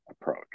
approach